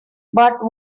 but